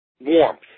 warmth